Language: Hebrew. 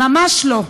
ממש לא.